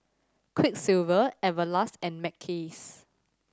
Quiksilver Everlast and Mackays